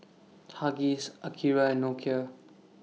Huggies Akira and Nokia